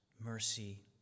mercy